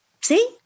See